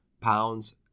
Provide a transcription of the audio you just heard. pounds